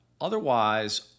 otherwise